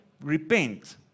repent